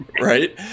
Right